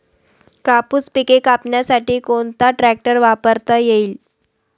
कापूस पिके कापण्यासाठी कोणता ट्रॅक्टर वापरता येईल?